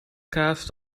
kaas